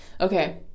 Okay